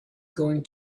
going